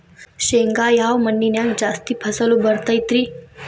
ಶೇಂಗಾ ಯಾವ ಮಣ್ಣಿನ್ಯಾಗ ಜಾಸ್ತಿ ಫಸಲು ಬರತೈತ್ರಿ?